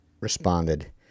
responded